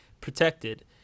protected